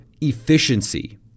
efficiency